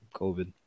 COVID